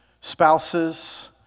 spouses